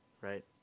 Right